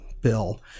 bill